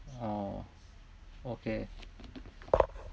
orh okay